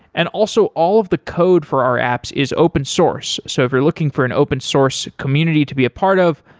and also all of the code for our apps is open source. so if you're looking for an open source community to be a part of,